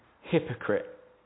hypocrite